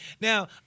Now